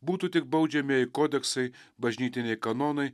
būtų tik baudžiamieji kodeksai bažnytiniai kanonai